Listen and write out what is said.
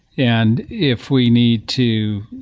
and if we need to